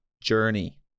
journey